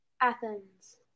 athens